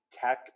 tech